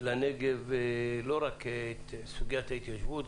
לנגב לא רק את סוגיית ההתיישבות,